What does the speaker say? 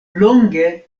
longe